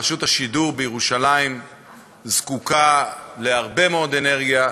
רשות השידור בירושלים זקוקה להרבה מאוד אנרגיה,